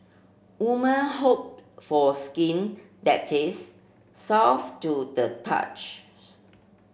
woman hope for skin that is soft to the touch